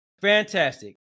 Fantastic